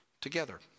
together